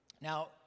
Now